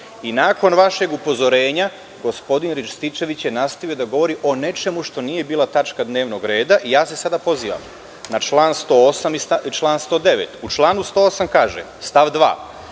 i nakon vašeg upozorenja gospodin Rističević je nastavio da govori o nečemu što nije bila tačka dnevnog reda i ja se sada pozivam na član 108. i član 109.U članu 108. stav 2.